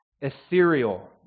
ethereal